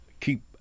keep